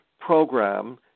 program